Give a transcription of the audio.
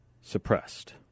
suppressed